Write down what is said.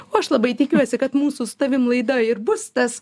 o aš labai tikiuosi kad mūsų su tavim laida ir bus tas